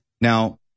Now